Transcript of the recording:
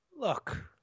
Look